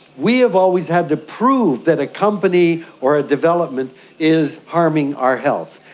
we have always had to prove that a company or a development is harming our health.